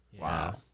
Wow